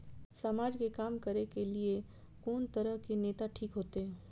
समाज के काम करें के ली ये कोन तरह के नेता ठीक होते?